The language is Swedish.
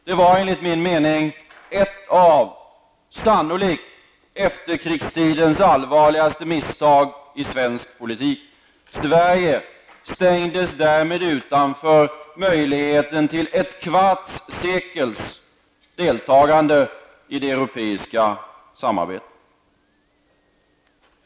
Det var enligt min mening sannolikt ett av efterkrigstidens allvarligaste misstag i svensk politik. Sverige stängdes därmed utanför möjligheten till ett kvarts sekels deltagande i det europeiska samarbetet.